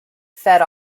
fed